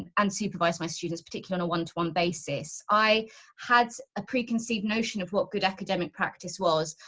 and supervise my students, particularly one to one basis. i had a preconceived notion of what good academic practice was.